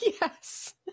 Yes